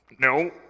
no